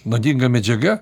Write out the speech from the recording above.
nuodinga medžiaga